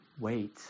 wait